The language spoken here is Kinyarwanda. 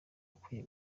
akwiye